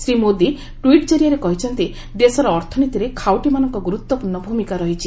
Shri Modi tweet ଜରିଆରେ କହିଛନ୍ତି ଦେଶର ଅର୍ଥନୀତିରେ ଖାଉଟୀମାନଙ୍କ ଗୁରୁତ୍ୱପୂର୍ଣ୍ଣ ଭୂମିକା ରହିଛି